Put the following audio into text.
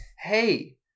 hey